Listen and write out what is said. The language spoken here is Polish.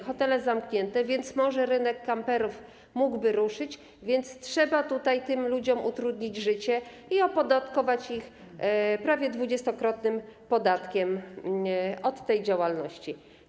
Hotele zamknięte, rynek kamperów mógłby ruszyć, więc trzeba tym ludziom utrudnić życie i opodatkować ich prawie dwudziestokrotnym podatkiem od tej działalności.